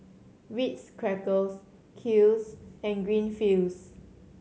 Ritz Crackers Kiehl's and Greenfields